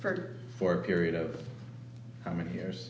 for for a period of how many years